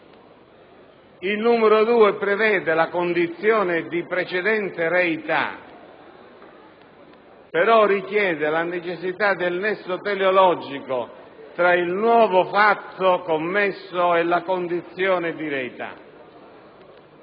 Al numero 2) si prevede la condizione di precedente reità, pur richiedendosi la necessità del nesso teleologico tra il nuovo fatto commesso e la condizione di reità.